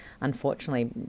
unfortunately